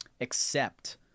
accept